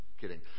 kidding